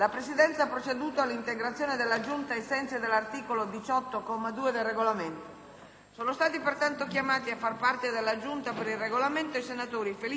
Sono stati pertanto chiamati a far parte della Giunta per il Regolamento i senatori Felice Belisario, Gianpiero D'Alia, Giovanni Pistorio e Paolo Tancredi.